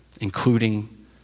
including